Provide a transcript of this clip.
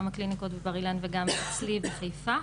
גם בבר אילן וגם אצלי בחיפה.